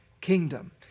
kingdom